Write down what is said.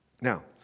Now